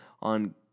on